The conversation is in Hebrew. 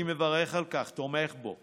אני מברך על כך ותומך בו.